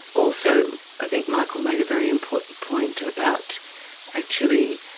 also i think michael made a very important point about actually.